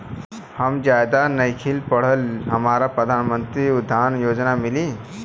हम ज्यादा नइखिल पढ़ल हमरा मुख्यमंत्री उद्यमी योजना मिली?